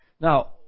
Now